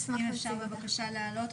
אפשר לחבר את